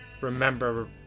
remember